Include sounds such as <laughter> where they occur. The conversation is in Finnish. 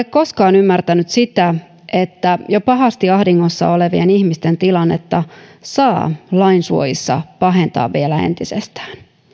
<unintelligible> koskaan ymmärtänyt sitä että jo pahasti ahdingossa olevien ihmisten tilannetta saa lain suojissa pahentaa vielä entisestään